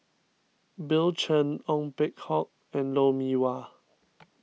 Bill Chen Ong Peng Hock and Lou Mee Wah